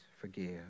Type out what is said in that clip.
forgive